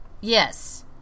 Yes